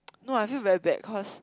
no I feel very bad cause